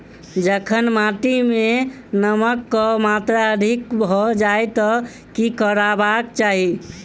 जखन माटि मे नमक कऽ मात्रा अधिक भऽ जाय तऽ की करबाक चाहि?